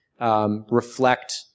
reflect